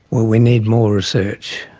well, we need more research,